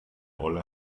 olle